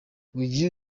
uyu